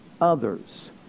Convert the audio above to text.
others